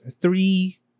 three